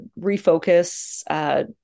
refocus